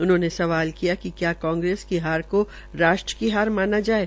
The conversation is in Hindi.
उन्होंने सवाल किया क्या कांग्रेस की हार को राष्ट्र की हार माना जाये